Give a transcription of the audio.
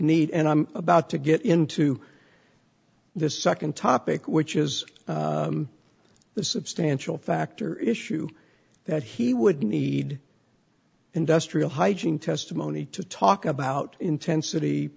need and i'm about to get into this nd topic which is the substantial factor issue that he would need industrial hygiene testimony to talk about intensity